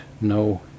no